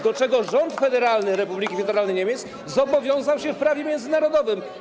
do czego rząd Republiki Federalnej Niemiec zobowiązał się w prawie międzynarodowym.